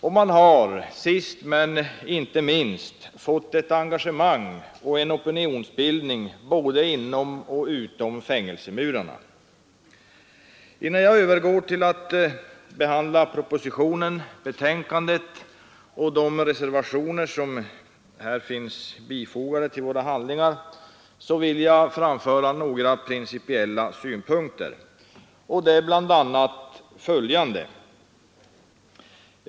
Och det har, sist men inte minst, blivit ett engagemang och en opinionsbildning både inom och utom fängelsemurarna. Innan jag övergår till att behandla propositionen, betänkandet och de reservationer som fogats till handlingarna vill jag framföra några principiella synpunkter. Det är bl.a. följande.